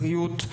בריאות,